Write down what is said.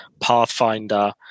Pathfinder